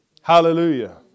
Hallelujah